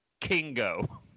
Kingo